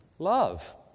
Love